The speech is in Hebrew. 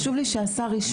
זה חשוב לי שהשר ישמע.